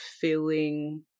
feeling